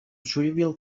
trivial